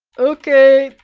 okay,